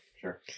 sure